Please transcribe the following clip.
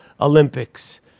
Olympics